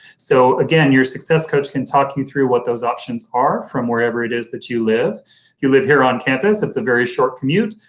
so, again, your success coach can talk you through what those options are from wherever it is that you live you live. here on campus it's a very short commute,